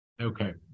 Okay